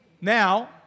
now